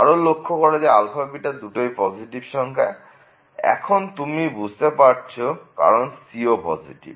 আরও লক্ষ করো যে αβ দুটোই পজিটিভ সংখ্যা এবং এখন তুমি বুঝতে পারছ কারণ c ও পজিটিভ